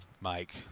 Mike